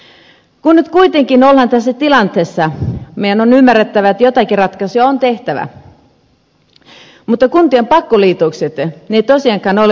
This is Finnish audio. kun nyt kuitenkin ollaan tässä tilanteessa meidän on ymmärrettävä että joitakin ratkaisuja on tehtävä mutta kuntien pakkoliitokset eivät tosiaankaan ole oikea ratkaisu